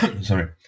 sorry